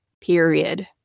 Period